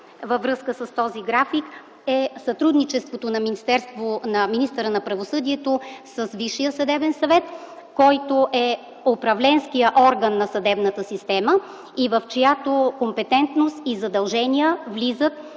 във връзка с този график е сътрудничеството на министъра на правосъдието с Висшия съдебен съвет, който е управленският орган на съдебната система и в чиято компетентност и задължения влизат